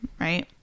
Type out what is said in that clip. right